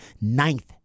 ninth